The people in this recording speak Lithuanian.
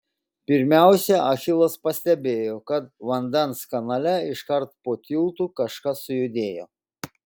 pirmiausia achilas pastebėjo kad vandens kanale iškart po tiltu kažkas sujudėjo